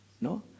No